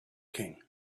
king